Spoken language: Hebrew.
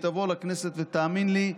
היא תעבור לכנסת, ותאמין לי,